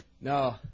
No